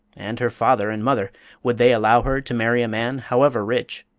and her father and mother would they allow her to marry a man, however rich,